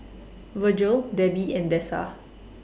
Virgle Debby and Dessa